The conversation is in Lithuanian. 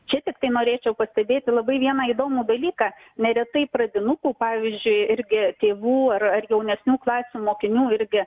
čia tiktai norėčiau pastebėti labai vieną įdomų dalyką neretai pradinukų pavyzdžiui irgi tėvų ar ar jaunesnių klasių mokinių irgi